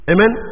Amen